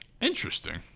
Interesting